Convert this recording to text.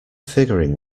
figuring